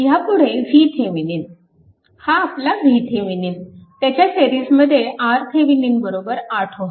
ह्यापुढे VThevenin हा आपला VThevenin त्याच्या सिरीजमध्ये RThevenin 8 Ω